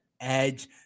edge